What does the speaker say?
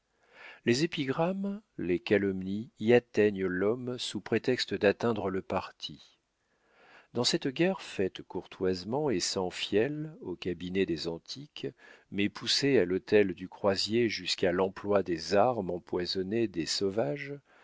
les épigrammes les calomnies y atteignent l'homme sous prétexte d'atteindre le parti dans cette guerre faite courtoisement et sans fiel au cabinet des antiques mais poussée à l'hôtel du croisier jusqu'à l'emploi des armes empoisonnées des sauvages